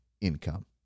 income